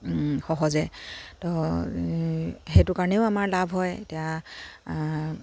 সহজে ত' সেইটো কাৰণেও আমাৰ লাভ হয় এতিয়া